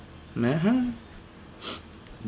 mm !huh!